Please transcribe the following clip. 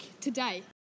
today